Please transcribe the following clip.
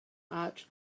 arch